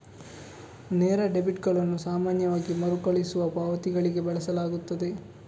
ನೇರ ಡೆಬಿಟುಗಳನ್ನು ಸಾಮಾನ್ಯವಾಗಿ ಮರುಕಳಿಸುವ ಪಾವತಿಗಳಿಗೆ ಬಳಸಲಾಗುತ್ತದೆ